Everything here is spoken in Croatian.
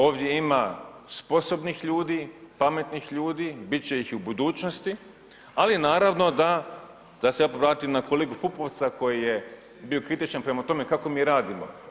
Ovdje ima sposobnih ljudi, pametnih ljudi bit će ih i u budućnosti, ali naravno da se ja povratim na kolegu Pupovca koji je bio kritičan prema tome kako mi radimo.